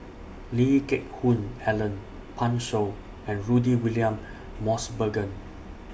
Lee Geck Hoon Ellen Pan Shou and Rudy William Mosbergen